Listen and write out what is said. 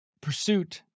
Pursuit